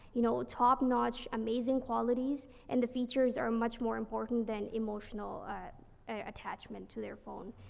you know, top notch, amazing qualities, and the features are much more important than emotional a attachment to their phone.